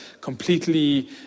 completely